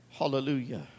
hallelujah